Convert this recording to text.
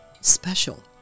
special